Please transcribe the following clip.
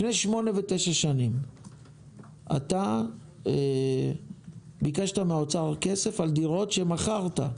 לפני 9-8 שנים אתה ביקשת מהאוצר כסף על דירות שמכרת.